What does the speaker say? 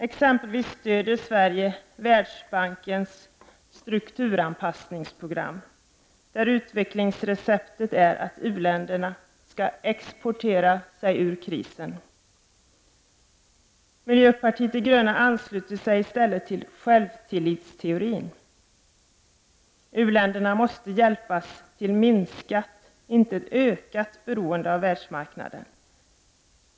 Exempelvis stöder Sverige Världsbankens strukturanpassningsprogram, där utvecklingsreceptet är att u-länderna skall ”exportera sig ur krisen”. Miljöpartiet de gröna ansluter sig i stället till självtillitsteorin. U-länderna måste hjälpas till ett minskat, inte ett ökat, beroende av världsmarknaden.